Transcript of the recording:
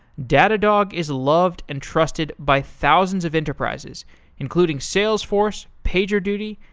datadog is loved and trusted by thousands of enterprises including salesforce, pagerduty,